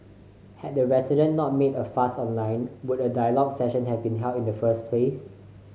had the resident not made a fuss online would a dialogue session have been held in the first place